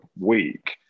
week